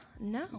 no